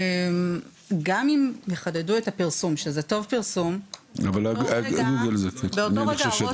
גם אם יחדדו את הפרסום ופרסום הוא טוב באותו רגע הראש